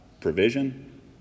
provision